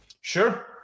Sure